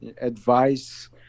advice